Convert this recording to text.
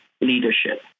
Leadership